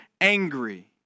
angry